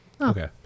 Okay